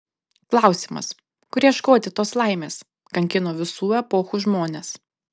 klausimas kur ieškoti tos laimės kankino visų epochų žmones